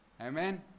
Amen